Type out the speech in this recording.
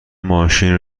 ماشین